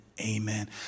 amen